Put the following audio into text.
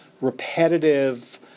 repetitive